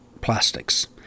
plastics